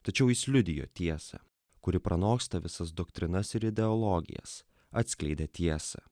tačiau jis liudijo tiesą kuri pranoksta visas doktrinas ir ideologijas atskleidė tiesą